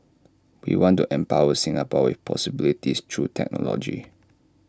we want to empower Singapore with possibilities through technology